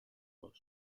fosc